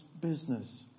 business